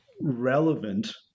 relevant